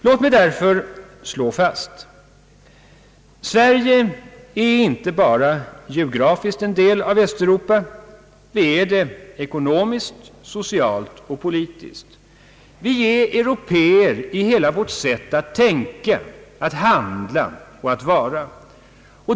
Låt mig slå fast: Sverige är inte bara geografiskt en del av Västeuropa, vi är det ekonomiskt, socialt och politiskt. Vi är européer i hela vårt sätt att tänka, handla och vara.